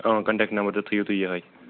contact number تہِ تھٲوِو تُہۍ یِہَے